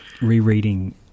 rereading